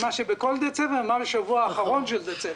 בין מה שבכל דצמבר ובין השבוע האחרון של דצמבר.